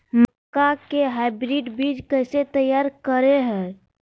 मक्का के हाइब्रिड बीज कैसे तैयार करय हैय?